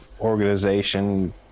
organization